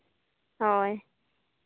ᱦᱳᱭ